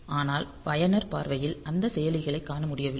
ஆனால் பயனர் பார்வையில் அந்த செயலிகளைக் காணமுடியவில்லை